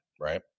right